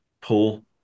pull